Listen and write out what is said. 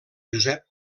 josep